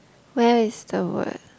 where is the word